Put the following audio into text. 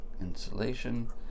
insulation